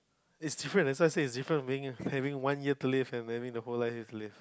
it's different that's why I said it's different from being having one year to live and having the whole you've to live